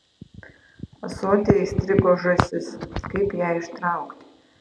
ąsotyje įstrigo žąsis kaip ją ištraukti